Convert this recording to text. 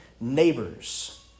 neighbors